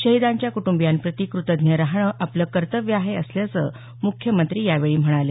शहीदांच्या कुटंबियांप्रती कृतज्ञ राहणं आपलं कर्तव्य आहे असल्याचं मुख्यमंत्री म्हणाले